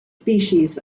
species